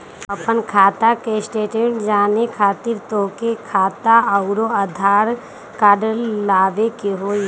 आपन खाता के स्टेटमेंट जाने खातिर तोहके खाता अऊर आधार कार्ड लबे के होइ?